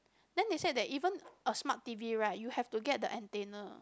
then they said that even a smart T_V right you have to get the antenna